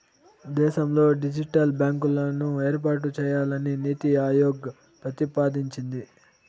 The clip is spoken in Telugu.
దేశంలో డిజిటల్ బ్యాంకులను ఏర్పాటు చేయాలని నీతి ఆయోగ్ ప్రతిపాదించింది